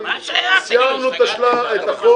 סיימנו את החוק,